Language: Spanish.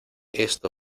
esto